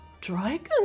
Dragon